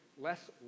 less